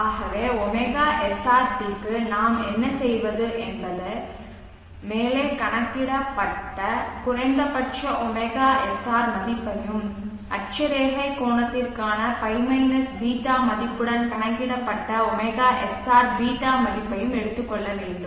ஆகவே ωsrt க்கு நாம் என்ன செய்வது என்பது மேலே கணக்கிடப்பட்ட குறைந்தபட்ச ωsr மதிப்பையும் அட்சரேகை கோணத்திற்கான ϕ ß மதிப்புடன் கணக்கிடப்பட்ட ωsrß மதிப்பையும் எடுத்துக் கொள்ள வேண்டும்